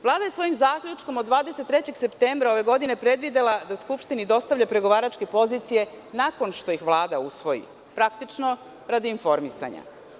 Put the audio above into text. Vlada je svojim zaključkom od 23. septembra ove godine predvidela da Skupštini dostavlja pregovaračke pozicije nakon što ih Vlada usvoji, praktično radi informisanja.